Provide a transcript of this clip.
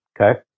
Okay